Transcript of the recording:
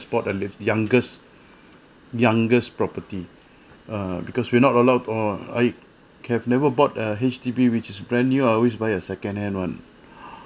bought a live youngest youngest property err because we not allowed or I have never bought a H_D_B which is brand new I always buy a second hand one